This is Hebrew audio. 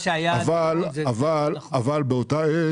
אבל באותה עת,